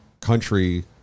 country